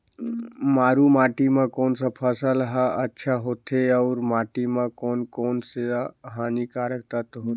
मारू माटी मां कोन सा फसल ह अच्छा होथे अउर माटी म कोन कोन स हानिकारक तत्व होथे?